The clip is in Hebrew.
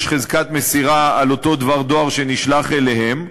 חזקת מסירה על אותו דבר דואר שנשלח אליהם.